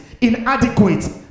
inadequate